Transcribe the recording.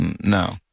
No